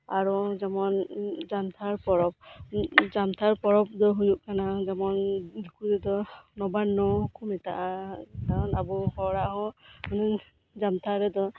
ᱟᱨᱦᱚᱸ ᱡᱮᱢᱚᱱ ᱡᱟᱱᱛᱷᱟᱲ ᱯᱚᱨᱚᱵᱽ ᱡᱟᱱᱛᱷᱟᱲ ᱯᱚᱨᱚᱵᱽ ᱫᱚ ᱦᱳᱭᱳᱜ ᱠᱟᱱᱟ ᱡᱮᱢᱚᱱ ᱩᱱ ᱫᱚ ᱱᱚᱵᱟᱱᱱᱚ ᱠᱚ ᱢᱮᱛᱟᱜᱼᱟ ᱠᱟᱨᱚᱱ ᱟᱵᱚ ᱦᱚᱲᱟᱜ ᱦᱚᱸ ᱡᱟᱱᱛᱷᱟᱲ ᱨᱮᱫᱚ